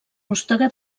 rústega